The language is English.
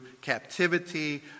captivity